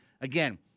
again